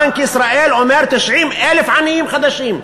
בנק ישראל אומר: 90,000 עניים חדשים.